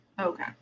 Okay